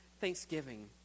thanksgiving